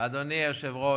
אדוני היושב-ראש,